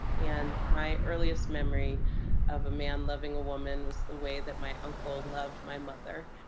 and my earliest memory of a man loving a woman was the way that my uncle loved my mother.